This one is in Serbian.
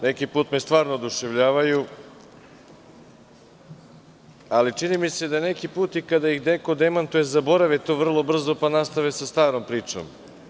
Neki put me stvarno oduševljavaju, ali čini mi se da neki put i kada ih neko demantuje, zaborave to vrlo brzo, pa nastave sa starom pričom.